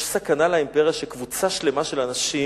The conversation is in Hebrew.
יש סכנה לאימפריה, שקבוצה שלמה של אנשים